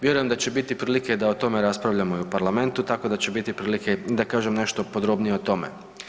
Vjerujem da će biti prilike da o tome raspravljamo i u Parlamentu, tako da će biti prilike da kažem nešto podrobnije o tome.